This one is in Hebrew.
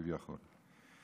כביכול.